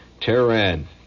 Tehran